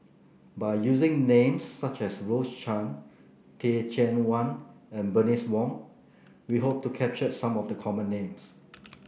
by using names such as Rose Chan Teh Cheang Wan and Bernice Wong we hope to capture some of the common names